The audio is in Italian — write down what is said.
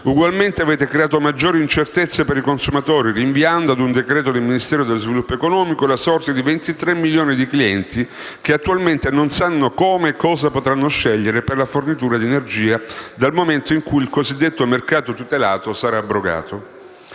Ugualmente avete creato maggiori incertezze per i consumatori, rinviando a un decreto del Ministero dello sviluppo economico la sorte di 23 milioni di clienti che attualmente non sanno come e cosa potranno scegliere per la fornitura di energia dal momento in cui il cosiddetto mercato tutelato sarà abrogato.